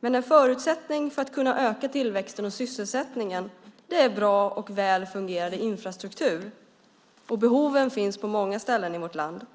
Men en förutsättning för att kunna öka tillväxten och sysselsättningen är en bra och välfungerande infrastruktur. Behov finns det på många ställen i vårt land.